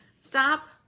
Stop